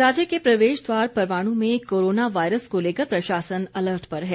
राज्य के प्रवेश द्वार परवाणू में कोरोना वायरस को लेकर प्रशासन अलर्ट पर है